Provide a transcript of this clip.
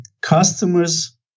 customers